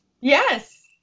Yes